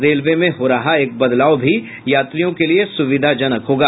railway में हो रहा एक बदलाव भी यात्रियों के लिये सुविधाजनक होगा